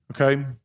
Okay